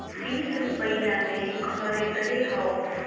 तीस रुपइया मे खरीदले हौ